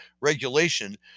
Regulation